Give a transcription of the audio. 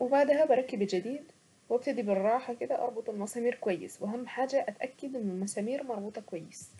وبعدها بركب الجديد وابتدي بالراحة كده اربط المسامير كويس واهم اتأكد ان المسامير مربوطة كويس.